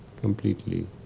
completely